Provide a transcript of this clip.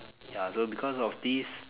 ya so because of this